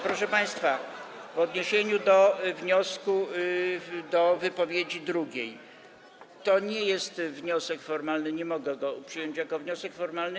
Proszę państwa, w odniesieniu do wniosku, do wypowiedzi drugiej: to nie jest wniosek formalny, nie mogę go przyjąć jako wniosku formalnego.